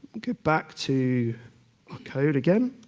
go back to code again.